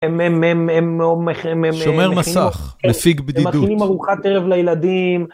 הם, הם, הם, הם, הם, הם, הם, הם... שומר מסך, מפיג בדידות. הם מכינים ארוחת ערב לילדים.